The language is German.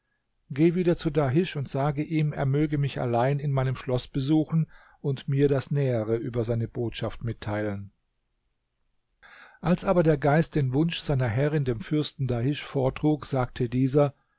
geh wieder zu dahisch und sage ihm er möge mich allein in meinem schloß besuchen und mir das nähere über seine botschaft mitteilen als aber der geist den wunsch seiner herrin dem fürsten dahisch vortrug sagte dieser